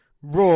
Raw